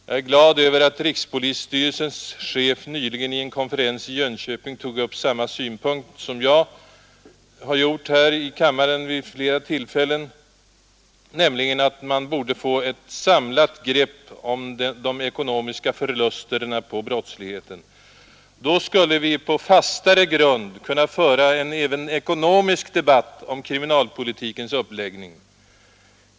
Jag är glad över att rikspolisstyrelsens chef nyligen i en konferens i Jönköping tog upp samma synpunkt som jag har gjort här i kammaren vid flera tillfällen, nämligen att man borde få ett samlat grepp om de ekonomiska förlusterna på brottsligheten. Då skulle vi på fastare grund kunna föra även en ekonomisk debatt om kriminalpolitikens uppläggning.